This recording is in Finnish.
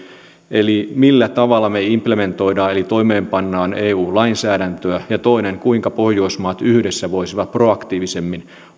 eli se millä tavalla me implementoimme eli toimeenpanemme eu lainsäädäntöä ja toiseksi kuinka pohjoismaat yhdessä voisivat proaktiivisemmin